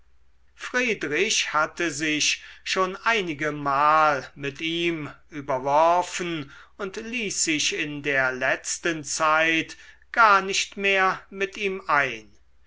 friedrich hatte sich schon einigemal mit ihm überworfen und ließ sich in der letzten zeit gar nicht mehr mit ihm ein